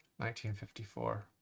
1954